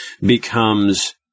becomes